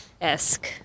esque